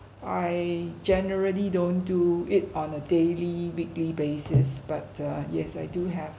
I generally don't do it on a daily weekly basis but uh yes I do have